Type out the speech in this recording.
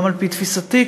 גם על-פי תפיסתי,